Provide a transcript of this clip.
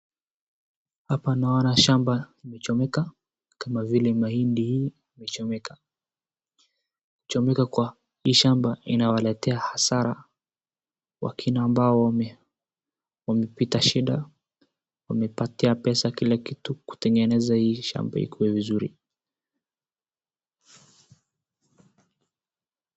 Hapa naona shamba limechomeka kama vile mahindi imechomeka. Kuchomeka kwa hii shamba inawaletea hasara wakenya ambao wamepita shida, wamepatia pesa kila kitu kutengeneza hii shamba ikiwe vizuri.